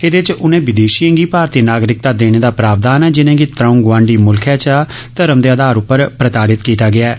एहदे च उनें विदेशियें गी भारतीय नागरिकता देने दा प्रावधान ऐ जिनेंगी त्र'ऊं गोआंडी मुल्खै च धर्म दे आधार उप्पर प्रताड़ित कीता गेआ ऐ